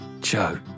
Joe